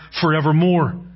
forevermore